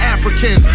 African